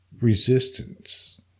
resistance